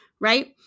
right